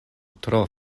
tro